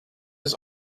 his